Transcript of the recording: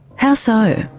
how so?